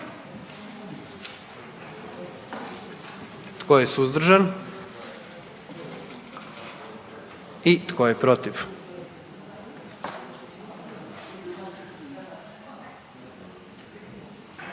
Tko je suzdržan? I tko je protiv?